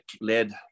led